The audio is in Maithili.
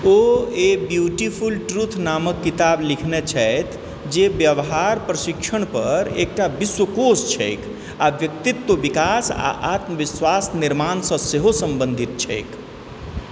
ओ ए ब्यूटीफुल ट्रूथ नामक किताब लिखने छथि जे व्यवहार प्रशिक्षणपर एकटा विश्वकोश छैक आ व्यक्तित्व विकास आ आत्मविश्वास निर्माणसँ सेहो सम्बन्धित छैक